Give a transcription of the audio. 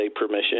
permission